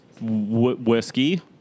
whiskey